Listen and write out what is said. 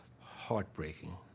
heartbreaking